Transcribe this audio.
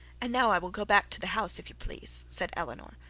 and now i will go back to the house, if you please said eleanor.